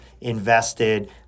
invested